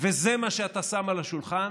וזה מה שאתה שם על השולחן,